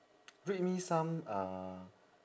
read me some uh